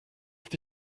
have